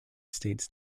states